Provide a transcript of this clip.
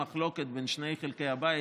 מחלוקת בין שני חלקי הבית,